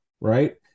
right